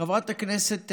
חברת הכנסת,